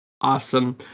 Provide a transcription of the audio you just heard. awesome